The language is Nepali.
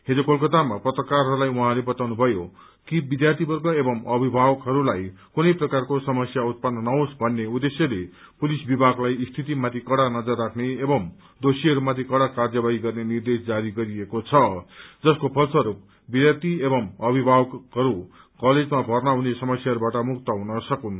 हिज कोलकातामा पत्रकारहरूलाई उहाँले बताउनु भयो कि विध्यार्थीर्वग एवम् अभिावकहरूलाई कुनै प्रकारको समस्या उत्पन्न नहोस् भन्ने उद्वेश्यले पुलिस विभागलाई स्थिति माथि कड़ा नजर राख्ने एवम् दोषीहरूमाथि कड़ा र्कायवाही गर्ने निर्देश जारी गरिएको छ जसको फलस्वरूप विध्यार्थी एवम् अभिभावकहरू कलेजमा भर्ना हुने समस्याहरूवाट मुक्त हुन सकोस्